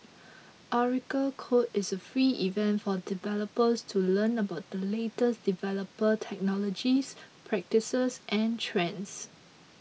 Oracle Code is a free event for developers to learn about the latest developer technologies practices and trends